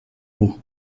mots